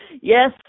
Yes